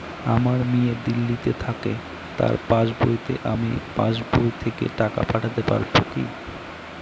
আমার মেয়ে দিল্লীতে থাকে তার পাসবইতে আমি পাসবই থেকে টাকা পাঠাতে পারব কি?